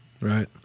Right